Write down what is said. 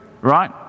right